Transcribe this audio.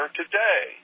today